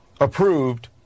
approved